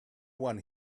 one